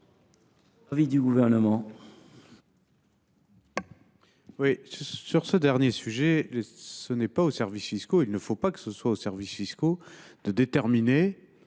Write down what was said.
l’avis du Gouvernement